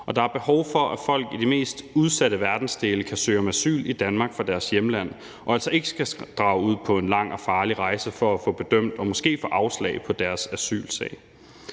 der er behov for, at folk i de mest udsatte verdensdele kan søge om asyl i Danmark fra deres hjemland og altså ikke skal drage ud på en lang og farlig rejse for at få bedømt og måske få afslag på deres asylsag.